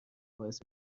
باعث